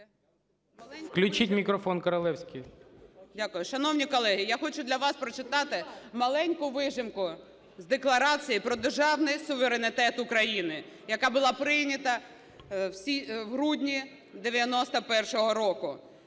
13:08:15 КОРОЛЕВСЬКА Н.Ю. Дякую. Шановні колеги, я хочу для вас прочитати маленьку вижимку з Декларації про державний суверенітет України, яка була прийнята в грудні 91-го року…